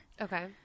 Okay